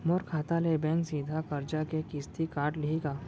मोर खाता ले बैंक सीधा करजा के किस्ती काट लिही का?